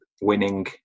winning